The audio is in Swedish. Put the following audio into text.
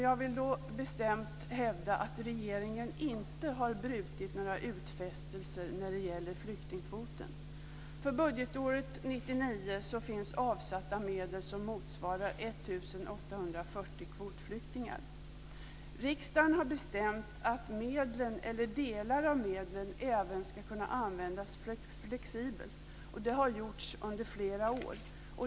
Jag vill då bestämt hävda att regeringen inte har brutit några utfästelser när det gäller flyktingkvoten. För budgetåret 1999 finns avsatta medel som motsvarar 1 840 kvotflyktingar. Riksdagen har bestämt att medlen eller delar av medlen även ska kunna användas flexibelt, och detta har gjorts under flera år.